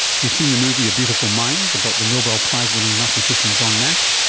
if you've seen the movie a beautiful mind about the nobel prize-winning mathematician john nash,